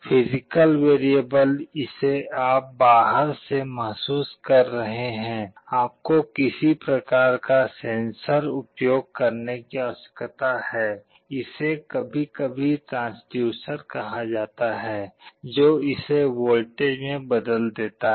physical variable जिसे आप बाहर से महसूस कर रहे हैं आपको किसी प्रकार का सेंसर उपयोग करने की आवश्यकता है इसे कभी कभी ट्रांसड्यूसर कहा जाता है जो इसे वोल्टेज में बदल देता है